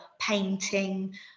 painting